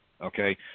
Okay